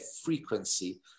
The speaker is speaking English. frequency